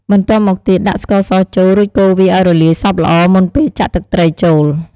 បន្ទាប់មកទៀត ដាក់ស្ករសចូល រួចកូរវាឱ្យរលាយសព្វល្អ មុនពេលចាក់ទឹកត្រីចូល។